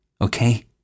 Okay